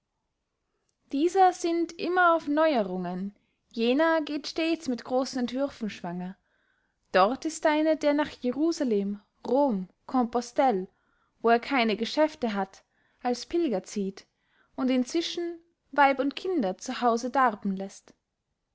dieser sinnt immer auf neuerungen jener geht stets mit grossen entwürfen schwanger dort ist einer der nach jerusalem rom compostell wo er keine geschäfte hat als pilger zieht und inzwischen weib und kinder zu hause darben läßt